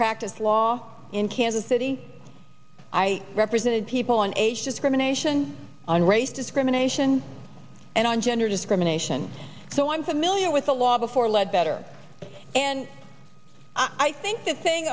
practice law in kansas city i represented people on age discrimination on race discrimination and on gender discrimination so i'm familiar with the law before lead better and i think the thing